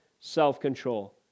self-control